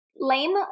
Lame